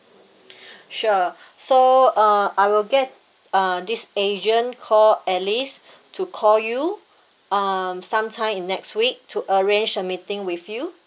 sure so uh I will get uh this agent call alice to call you um sometime in next week to arrange a meeting with you